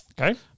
Okay